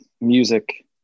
music